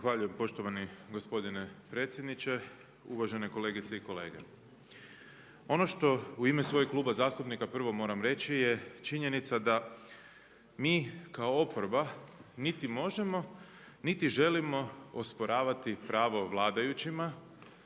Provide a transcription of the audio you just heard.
poštovani gospodine predsjedniče, uvažene kolegice i kolege. Ono što u ime svojeg kluba zastupnika prvo moram reći je činjenica da mi kao oporba niti možemo, niti želimo osporavati pravo vladajućima